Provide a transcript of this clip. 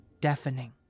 deafening